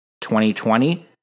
2020